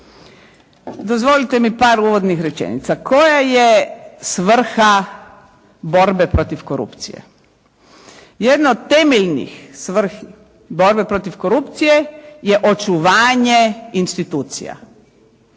Dozvolite mi par uvodnih rečenica. Koja je svrha borbe protiv korupcije? Jedna od temeljnih svrha borbe protiv korupcije je očuvanje institucija.